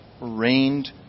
reigned